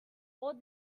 all